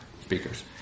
speakers